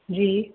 जी